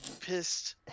pissed